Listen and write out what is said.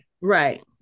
right